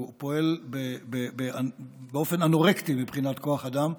הוא פועל באופן אנורקטי מבחינת כוח אדם,